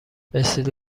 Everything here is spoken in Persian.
مثل